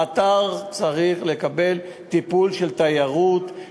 האתר צריך לקבל טיפול של תיירות,